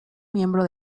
miembro